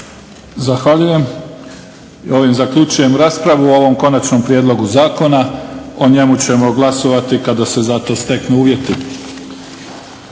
Zahvaljujem. Ovim zaključujem raspravu o ovom konačnom prijedlogu zakona. O njemu ćemo glasovati kada se za to steknu uvjeti.